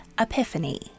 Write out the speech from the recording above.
epiphany